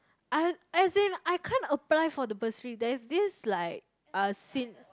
I as in I can't apply for the bursary there's this like uh Sin~